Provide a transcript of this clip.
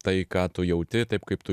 tai ką tu jauti taip kaip tu